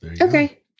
Okay